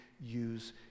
use